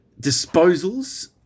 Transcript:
disposals